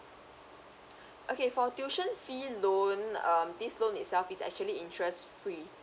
okay for tuition fee loan um this loan itself is actually interest free